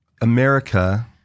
America